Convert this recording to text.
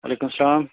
وعلیکُم سلام